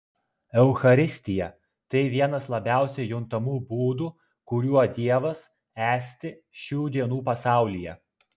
eucharistija tai vienas labiausiai juntamų būdų kuriuo dievas esti šių dienų pasaulyje